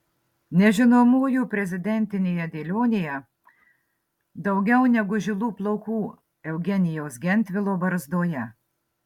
nežinomųjų prezidentinėje dėlionėje daugiau negu žilų plaukų eugenijaus gentvilo barzdoje